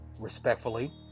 respectfully